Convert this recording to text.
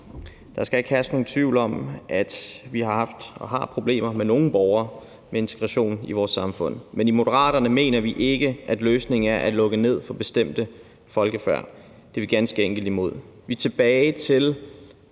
Der skal ikke herske nogen tvivl om, at vi har haft og har problemer med nogle borgere i forhold til integrationen i vores samfund, men i Moderaterne mener vi ikke, at løsningen er at lukke ned for bestemte folkefærd. Det er vi ganske enkelt imod. Vi er tilbage til